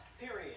Period